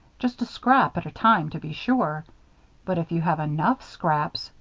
just a scrap at a time, to be sure but if you have enough scraps,